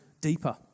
deeper